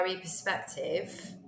perspective